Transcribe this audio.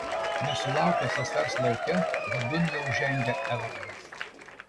nesulaukęs sesers lauke vidun jau žengė evaldas